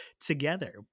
together